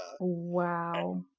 Wow